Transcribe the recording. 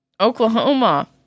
Oklahoma